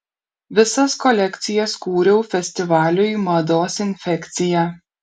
visas kolekcijas kūriau festivaliui mados infekcija